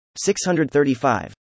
635